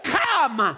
come